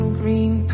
green